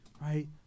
right